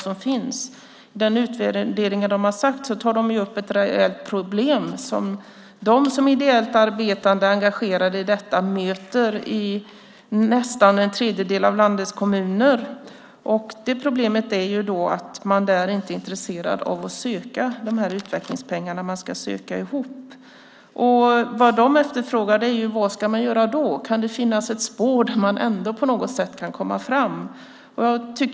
I sin utvärdering tar de upp ett reellt problem som de som ideellt arbetande och engagerade i detta möter i nästan en tredjedel av landets kommuner, nämligen att man där inte är intresserad av att söka de utvecklingspengar som ska sökas ihop. De undrar därför vad de ska göra. Kan det ändå finnas något spår som man kunde komma fram på?